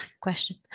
question